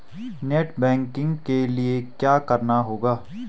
Net banking के लिए क्या करना होगा?